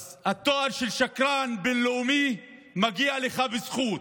אז התואר של שקרן בין-לאומי מגיע לך בזכות.